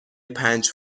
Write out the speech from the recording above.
پنج